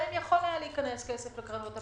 היה יכול להיכנס כסף לקרנות הפנסיה.